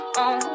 on